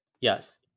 Yes